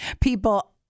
people